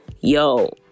Yo